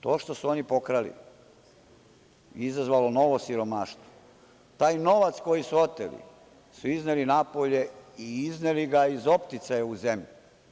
To što su oni pokrali je izazvalo novo siromaštvo, taj novac koji su oteli su izneli napolje i izneli ga iz opticaja u zemlji.